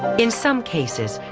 in some cases,